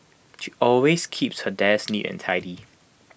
she always keeps her desk neat and tidy